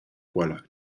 quella